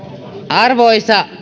arvoisa